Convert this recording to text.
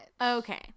okay